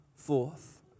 forth